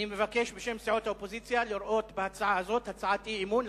אני מבקש בשם סיעות האופוזיציה לראות בהצעה הזאת הצעת אי-אמון,